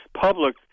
public